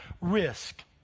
risk